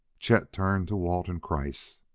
chet turned to walt and kreiss.